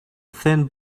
thin